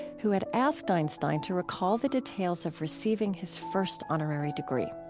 who had asked einstein to recall the details of receiving his first honorary degree.